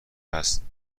است